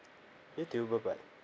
thank you bye bye